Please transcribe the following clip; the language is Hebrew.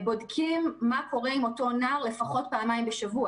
בודקים מה קורה עם אותו נער לפחות פעמיים בשבוע.